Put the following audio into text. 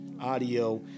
audio